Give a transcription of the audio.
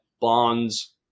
bonds